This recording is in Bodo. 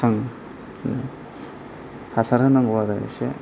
थाङो बिदिनो हासार होनांगौ आरो एसे